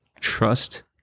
trust